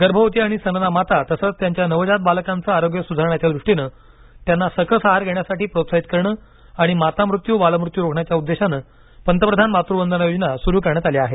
गर्भवती आणि स्तनदा माता तसंच त्यांच्या नवजात बालकांचं आरोग्य सुधारण्याच्या दृष्टीने त्यांना सकस आहार घेण्यासाठी प्रोत्साहित करण आणि मातामृत्यू बालमृत्यू रोखण्याच्या उद्देशानं पंतप्रधान मातृ वंदना योजना सुरू करण्यात आली आहे